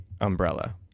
umbrella